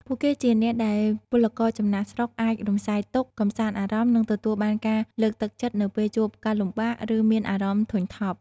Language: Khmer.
ពួកគេជាអ្នកដែលពលករចំណាកស្រុកអាចរំសាយទុក្ខ កម្សាន្តអារម្មណ៍ និងទទួលបានការលើកទឹកចិត្តនៅពេលជួបការលំបាក ឬមានអារម្មណ៍ធុញថប់ ។